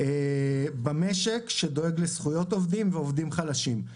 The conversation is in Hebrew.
במשק שדואג לזכויות עובדים ועובדים חלשים.